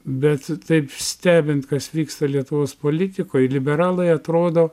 bet taip stebint kas vyksta lietuvos politikoj liberalai atrodo